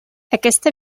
aquesta